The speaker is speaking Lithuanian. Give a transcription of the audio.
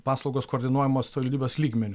paslaugos koordinuojamos savivalybės lygmeniu